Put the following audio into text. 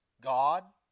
God